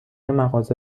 مغازه